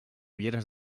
ulleres